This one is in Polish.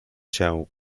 się